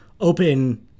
open